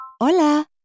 Hola